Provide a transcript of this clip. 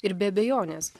ir be abejonės